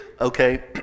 okay